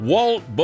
Walt